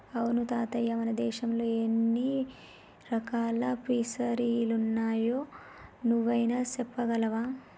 అవును తాతయ్య మన దేశంలో ఎన్ని రకాల ఫిసరీలున్నాయో నువ్వైనా సెప్పగలవా